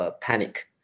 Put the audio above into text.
panic